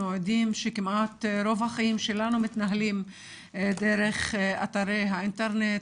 עדים שכמעט רוב החיים שלנו מתנהלים דרך אתרי האינטרנט